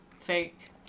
fake